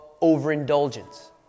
overindulgence